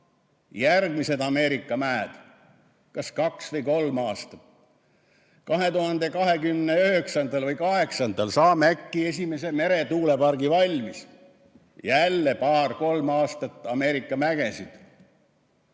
järgmised Ameerika mäed kas kaks või kolm aastat. 2028. või 2029. aastal saame äkki esimese meretuulepargi valmis. Jälle paar-kolm aastat Ameerika mägesid. Jah,